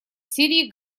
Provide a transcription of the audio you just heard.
сирии